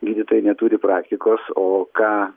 gydytojai neturi praktikos o ką